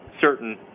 certain